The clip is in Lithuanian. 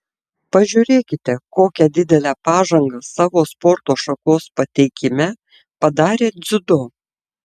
pažiūrėkite kokią didelę pažangą savo sporto šakos pateikime padarė dziudo